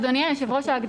אדוני היושב ראש,